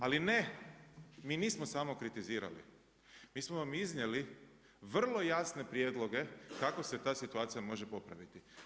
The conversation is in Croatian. Ali ne mi nismo samo kritizirali, mi smo vam iznijeli vrlo jasne prijedloge kako se ta situacija može popraviti.